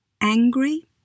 Angry